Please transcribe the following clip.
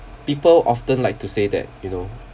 people often like to say that you know